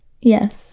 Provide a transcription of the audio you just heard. yes